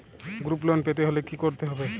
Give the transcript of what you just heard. Group loan পেতে হলে কি করতে হবে?